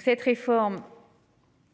cette réforme.